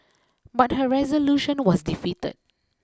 but her resolution was defeated